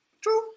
True